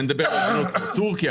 אני מדבר על מדינות כמו טורקיה,